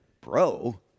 bro